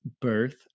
birth